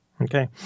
okay